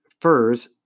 furs